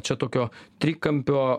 čia tokio trikampio